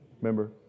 Remember